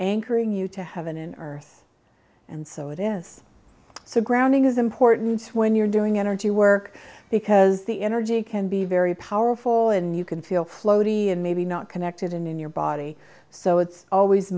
anchoring you to heaven and earth and so it is so grounding is important when you're doing energy work because the energy can be very powerful and you can feel floaty and maybe not connected in your body so it's always